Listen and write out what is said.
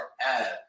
add